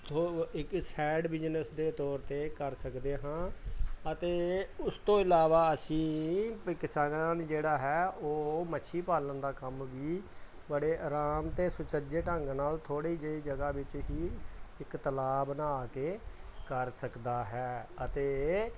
ਥੋੜ੍ਹਾ ਇੱਕ side business ਦੇ ਤੌਰ 'ਤੇ ਕਰ ਸਕਦੇ ਹਾਂ ਅਤੇ ਉਸ ਤੋਂ ਇਲਾਵਾ ਅਸੀਂ ਬਈ ਕਿਸਾਨਾਂ ਦੀ ਜਿਹੜਾ ਹੈ ਉਹ ਮੱਛੀ ਪਾਲਣ ਦਾ ਕੰਮ ਵੀ ਬੜੇ ਆਰਾਮ ਅਤੇ ਸੁਚੱਜੇ ਢੰਗ ਨਾਲ ਥੋੜ੍ਹੀ ਜਿਹੀ ਜਗ੍ਹਾ ਵਿੱਚ ਹੀ ਇੱਕ ਤਲਾਅ ਬਣਾ ਕੇ ਕਰ ਸਕਦਾ ਹੈ ਅਤੇ